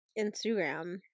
Instagram